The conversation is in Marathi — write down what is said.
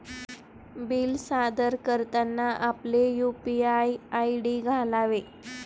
बिल सादर करताना आपले यू.पी.आय आय.डी घालावे